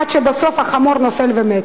עד שבסוף החמור נופל ומת.